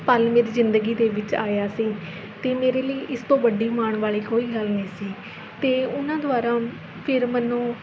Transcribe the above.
ਪਲ ਮੇਰੀ ਜ਼ਿੰਦਗੀ ਦੇ ਵਿੱਚ ਆਇਆ ਸੀ ਅਤੇ ਮੇਰੇ ਲਈ ਇਸ ਤੋਂ ਵੱਡੀ ਮਾਣ ਵਾਲ਼ੀ ਕੋਈ ਗੱਲ ਨਹੀਂ ਸੀ ਅਤੇ ਉਹਨਾਂ ਦੁਆਰਾ ਫਿਰ ਮੈਨੂੰ